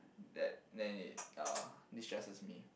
that then it uh destresses me